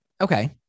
Okay